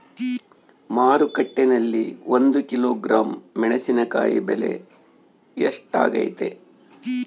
ಮಾರುಕಟ್ಟೆನಲ್ಲಿ ಒಂದು ಕಿಲೋಗ್ರಾಂ ಮೆಣಸಿನಕಾಯಿ ಬೆಲೆ ಎಷ್ಟಾಗೈತೆ?